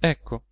ecco